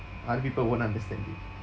other people won't understand it